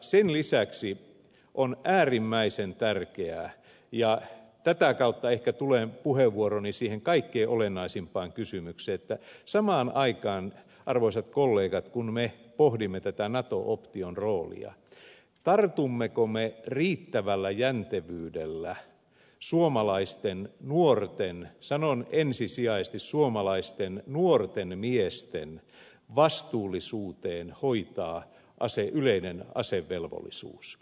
sen lisäksi on äärimmäisen tärkeää ja tätä kautta ehkä tulen puheenvuoroni siihen kaikkein olennaisimpaan kysymykseen että samaan aikaan arvoisat kollegat kun me pohdimme tätä nato option roolia meidän tulee pohtia tartummeko me riittävällä jäntevyydellä suomalaisten nuorten sanon ensisijaisesti suomalaisten nuorten miesten vastuullisuuteen hoitaa yleinen asevelvollisuus